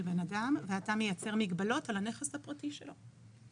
נכס פרטי של בן אדם ואתה מייצר מגבלות על הנכס הפרטי שלו.